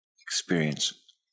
experience